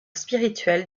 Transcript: spirituel